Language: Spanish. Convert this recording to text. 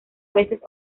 veces